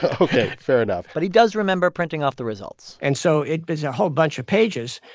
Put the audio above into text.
ok. fair enough but he does remember printing off the results and so it was a whole bunch of pages.